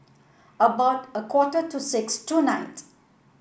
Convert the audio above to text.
about a quarter to six tonight